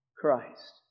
Christ